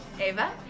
Ava